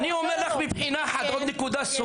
אני אגיד עוד נקודה.